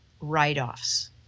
write-offs